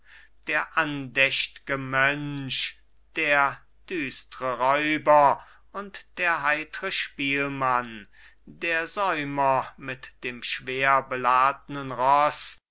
der andächt'ge mönch der düstre räuber und der heitre spielmann der säumer mit dem schwer beladnen ross